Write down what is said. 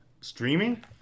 streaming